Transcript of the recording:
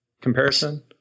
comparison